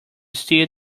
steed